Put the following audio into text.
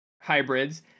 hybrids